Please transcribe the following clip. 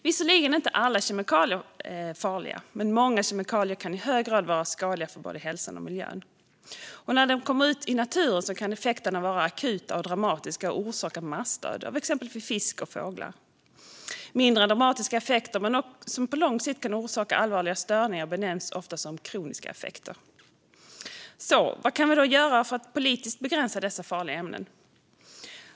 Visserligen är inte alla kemiska ämnen farliga, men många kemikalier kan i hög grad vara skadliga för både hälsan och miljön. När de kommer ut i naturen kan effekterna vara akuta och dramatiska och orsaka massdöd av exempelvis fisk och fåglar. Mindre dramatiska effekter, men som på lång sikt kan orsaka allvarliga störningar, benämns ofta som kroniska effekter. Vad kan vi då göra politiskt för att begränsa dessa farliga ämnen?